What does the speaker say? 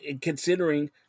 considering